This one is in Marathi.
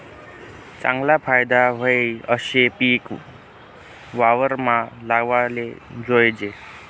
चागला फायदा व्हयी आशे पिक वावरमा लावाले जोयजे